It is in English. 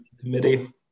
committee